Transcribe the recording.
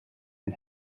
and